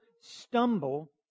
stumble